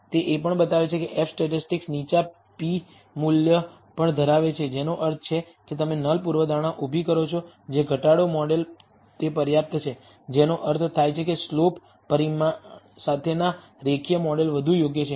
તે એ પણ બતાવે છે કે F સ્ટેટિસ્ટિક નીચા p મૂલ્ય પણ ધરાવે છે જેનો અર્થ છે કે તમે નલ પૂર્વધારણા ઉભી કરો છો કે જે ઘટાડો મોડેલ તે પર્યાપ્ત છે જેનો અર્થ થાય છે કે સ્લોપ પરિમાણ સાથેના રેખીય મોડેલ વધુ યોગ્ય છે